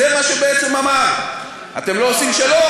זה מה שבעצם אמרת: אתם לא עושים שלום,